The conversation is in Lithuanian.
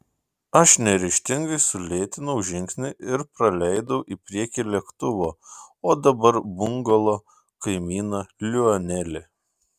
aš neryžtingai sulėtinau žingsnį ir praleidau į priekį lėktuvo o dabar bungalo kaimyną lionelį